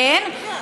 כן,